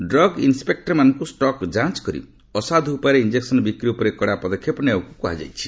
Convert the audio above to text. drug ଇନ୍ନପେକୂରମାନଙ୍କୁ stock ଯାଞ୍ଚ କରି ଅସାଧୁ ଉପାୟରେ ଇଞ୍ଜେକ୍ନ ବିକ୍ରି ଉପରେ କଡା ପଦକ୍ଷେପ ନେବାକୁ କୁହାଯାଇଛି